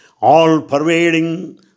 All-pervading